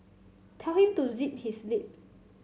tell him to zip his lip